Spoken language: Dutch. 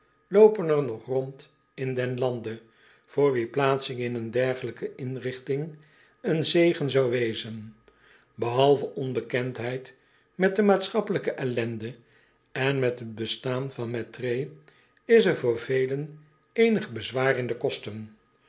loopen er nog rond in den lande voor wie plaatsing in een dergelijke inrigting een zegen zou wezen behalve onbekendheid met de maatschappelijke ellende en met het bestaan van mettray is er voor velen eenig bezwaar in de kosten